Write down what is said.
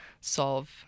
solve